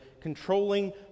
controlling